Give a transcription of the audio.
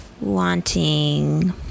wanting